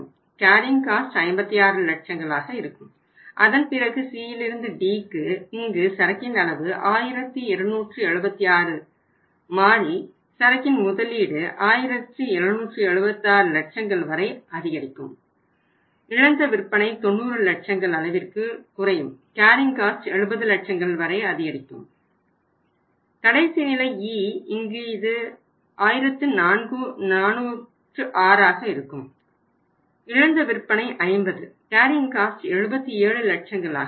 carrying cost 77 லட்சங்கள் ஆக இருக்கும்